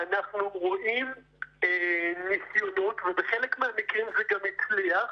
אנחנו רואים ניסיונות ובחלק מהמקרים זה גם הצליח